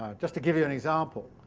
um just to give you an example